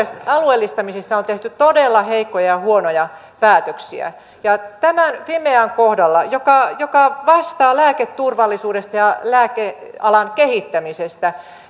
alueellistamisissa on tehty todella heikkoja ja huonoja päätöksiä ja tämän fimean kohdalla joka joka vastaa lääketurvallisuudesta ja lääkealan kehittämisestä